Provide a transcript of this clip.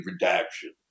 redaction